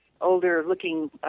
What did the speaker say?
older-looking